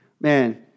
Man